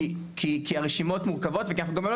כי הרשימות מורכבות וכי אנחנו גם לא